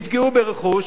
יפגעו ברכוש,